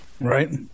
right